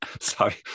Sorry